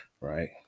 right